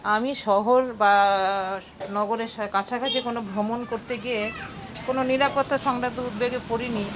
আমি শহর বা নগরের কাছাকাছি কোনো ভ্রমণ করতে গিয়ে কোনো নিরাপত্তা সংক্রান্ত উদ্বেগে পড়িনি